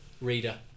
reader